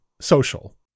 social